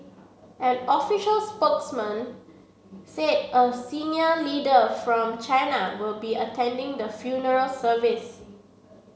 an official spokesman said a senior leader from China will be attending the funeral service